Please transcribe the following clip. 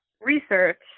research